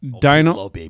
Dino